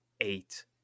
eight